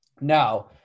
Now